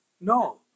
No